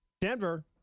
Denver